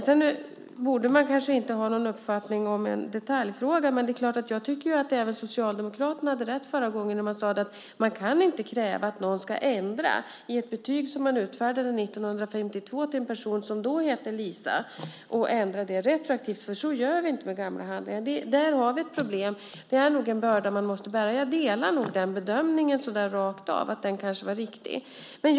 Man borde kanske inte ha någon uppfattning i en detaljfråga, men jag tycker att även Socialdemokraterna hade rätt då man sade att man inte kan kräva att någon retroaktivt ska ändra i ett betyg som man utfärdade 1952 till en person som då hette Lisa. Så gör vi inte med gamla handlingar. Där har vi ett problem. Detta är nog en börda som man måste bära. Jag instämmer nog i denna bedömning rakt av.